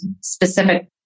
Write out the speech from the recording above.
specific